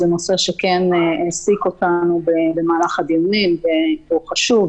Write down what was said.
זה נושא שהעסיק אותנו במהלך הדיונים והוא חשוב.